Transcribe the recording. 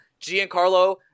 Giancarlo